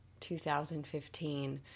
2015